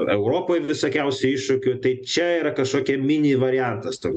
europoj visokiausių iššūkių tai čia yra kažkokia mini variantas toks